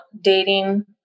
dating